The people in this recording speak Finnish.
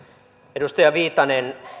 edustaja viitanen